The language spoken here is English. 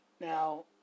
Now